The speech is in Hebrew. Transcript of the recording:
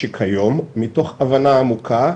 שכיום ומתוך הבנה עמוקה,